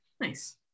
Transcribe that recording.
Nice